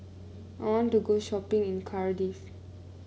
I want to go shopping in Cardiff